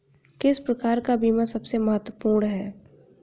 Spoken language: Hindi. किस प्रकार का बीमा सबसे महत्वपूर्ण है?